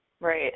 Right